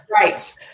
Right